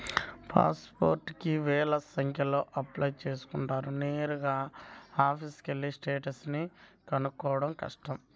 pass పోర్టుకి వేల సంఖ్యలో అప్లై చేసుకుంటారు నేరుగా ఆఫీసుకెళ్ళి స్టేటస్ ని కనుక్కోడం కష్టం